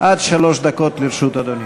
עד שלוש דקות לרשות אדוני.